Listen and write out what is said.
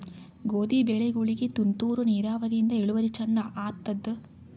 ಗೋಧಿ ಬೆಳಿಗೋಳಿಗಿ ತುಂತೂರು ನಿರಾವರಿಯಿಂದ ಇಳುವರಿ ಚಂದ ಆತ್ತಾದ?